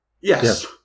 Yes